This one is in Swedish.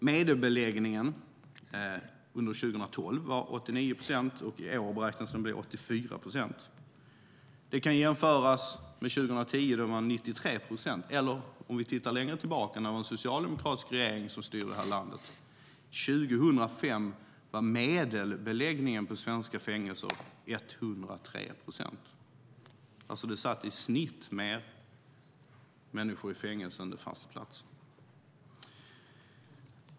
Medelbeläggningen under 2012 var 89 procent, och i år beräknas den bli 84 procent. Det kan jämföras med 2010, då den var 93 procent, eller - om vi tittat längre tillbaka, när det var en socialdemokratisk regering som styrde landet - med år 2005, när medelbeläggningen på svenska fängelser var 103 procent. Det satt alltså i snitt fler människor i fängelse än det fanns platser.